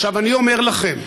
עכשיו, אני אומר לכם,